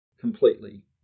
completely